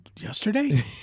Yesterday